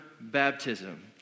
baptism